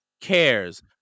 cares